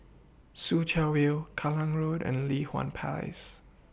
Soo Chow View Kallang Road and Li Hwan Place